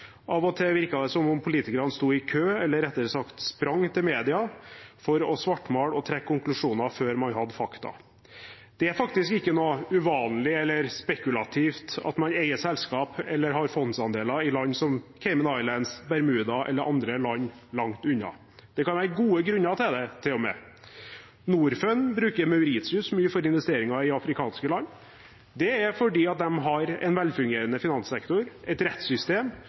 Av og til virket det som om politikerne sto i kø eller – rettere sagt – sprang etter media for å svartmale og trekke konklusjoner før man hadde fakta. Det er faktisk ikke uvanlig eller spekulativt å eie selskaper eller ha fondsandeler i land som Cayman Islands, Bermuda eller andre land langt unna. Det kan være gode grunner for det, til og med. Nordfund bruker Mauritius mye til investeringer i afrikanske land. Det er fordi de har en velfungerende finanssektor, et rettssystem